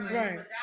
right